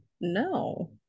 no